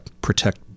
protect